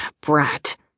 Brat